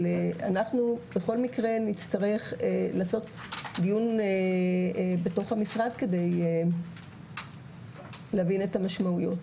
אנחנו נצטרך לעשות בכל מקרה דיון בתוך המשרד כדי להבין את המשמעויות.